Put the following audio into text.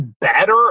better